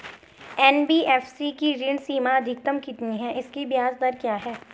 NBFC की ऋण सीमा अधिकतम कितनी है इसकी ब्याज दर क्या है?